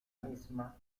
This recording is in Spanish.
misma